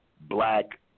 black